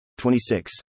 26